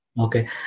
Okay